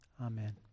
Amen